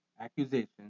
accusation